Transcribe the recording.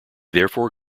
therefore